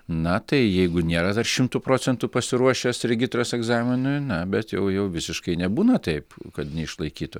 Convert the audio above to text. na tai jeigu nėra dar šimtu procentų pasiruošęs regitros egzaminui na bet jau jau visiškai nebūna taip kad neišlaikytų